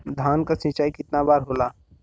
धान क सिंचाई कितना बार होला?